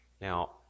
Now